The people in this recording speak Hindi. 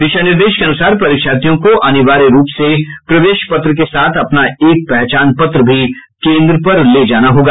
दिशा निर्देश के अनुसार परीक्षार्थियों को अनिवार्य रूप से प्रवेश पत्र के साथ अपना एक पहचान पत्र भी केन्द्र पर ले जाना होगा